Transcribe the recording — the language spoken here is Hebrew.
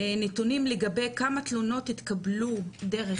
נתונים לגבי כמה תלונות התקבלו דרך